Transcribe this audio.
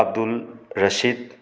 Abdul Rashid